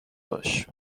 باش